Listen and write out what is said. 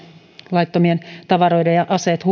laittomien tavaroiden aseiden